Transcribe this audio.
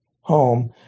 home